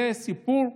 זה סיפור,